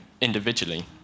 individually